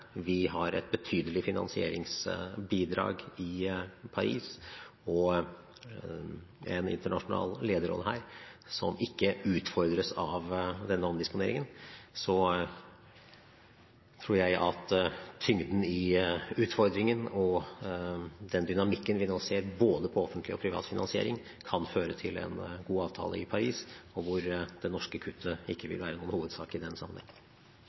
vi har et betydelig finansieringsbidrag i Paris og en internasjonal lederrolle her som ikke utfordres av denne omdisponeringen. Så tror jeg at tyngden i utfordringen og den dynamikken vi nå ser både på offentlig og privat finansiering, kan føre til en god avtale i Paris, og hvor det norske kuttet ikke vil være noen hovedsak i den sammenheng.